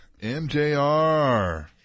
MJR